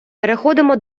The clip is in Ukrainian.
переходимо